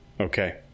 Okay